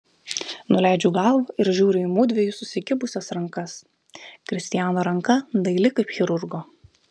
nuleidžiu galvą ir žiūriu į mudviejų susikibusias rankas kristiano ranka daili kaip chirurgo